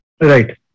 Right